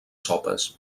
sopes